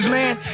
man